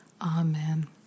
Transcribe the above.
Amen